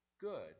good